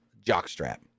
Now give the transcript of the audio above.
jockstrap